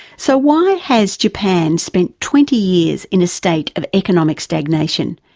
so why has japan spent twenty years in a state of economic stagnation?